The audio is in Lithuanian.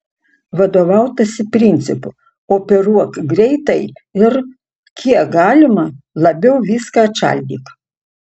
vadovautasi principu operuok greitai ir kiek galima labiau viską atšaldyk